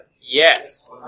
Yes